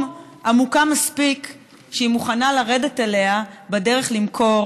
עמוקה מספיק שלא תהיה מוכנה לרדת אליה בדרך למכור